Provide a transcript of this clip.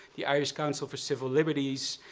the irish council for civil liberties,